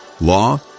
law